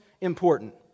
important